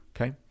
okay